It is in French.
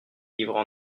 livres